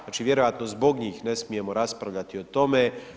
Znači vjerojatno zbog njih ne smijemo raspravljati o tome.